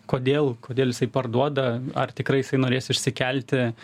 kodėl kodėl jisai parduoda ar tikrai jisai norės išsikelti